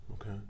Okay